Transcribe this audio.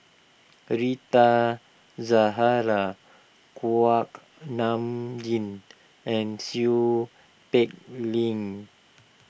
Rita Zahara Kuak Nam Jin and Seow Peck Ling